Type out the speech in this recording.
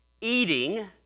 eating